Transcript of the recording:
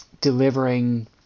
delivering